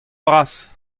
bras